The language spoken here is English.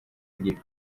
geek